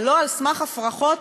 ולא על סמך הפרחות,